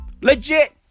Legit